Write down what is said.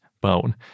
bone